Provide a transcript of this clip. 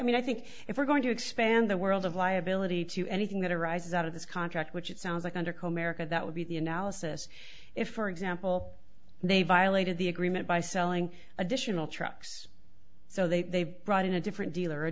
mean i think if we're going to expand the world of liability to anything that arises out of this contract which it sounds like under comerica that would be the analysis if for example they violated the agreement by selling additional trucks so they brought in a different dealer a